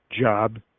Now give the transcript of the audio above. job